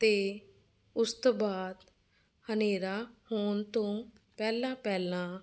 ਅਤੇ ਉਸ ਤੋਂ ਬਾਅਦ ਹਨੇਰਾ ਹੋਣ ਤੋਂ ਪਹਿਲਾਂ ਪਹਿਲਾਂ